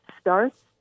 starts